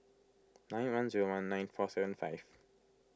nine one zero one nine four seven five